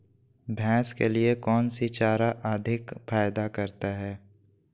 भैंस के लिए कौन सी चारा अधिक फायदा करता है?